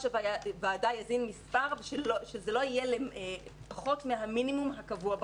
הוועדה יזין מספר ושזה לא יהיה פחות מהמינימום הקבוע בחוק.